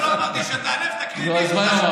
אמרתי או לא אמרתי שתעלה ותקריא לי את,